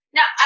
Now